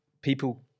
people